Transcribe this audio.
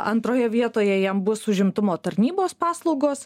antroje vietoje jam bus užimtumo tarnybos paslaugos